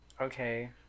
Okay